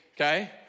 okay